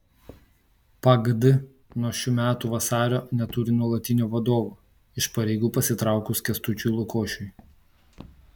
pagd nuo šių metų vasario neturi nuolatinio vadovo iš pareigų pasitraukus kęstučiui lukošiui